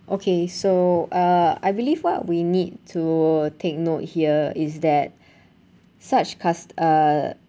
okay so uh I believe what we need to take note here is that such cus~ uh